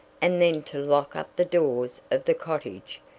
and then to lock up the doors of the cottage,